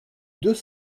deux